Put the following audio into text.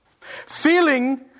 Feeling